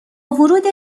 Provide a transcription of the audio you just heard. ورود